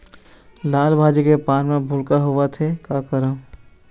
लाल भाजी के पान म भूलका होवथे, का करों?